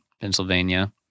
Pennsylvania